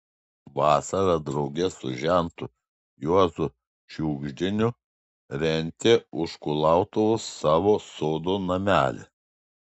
vasarą drauge su žentu juozu šiugždiniu rentė už kulautuvos savo sodo namelį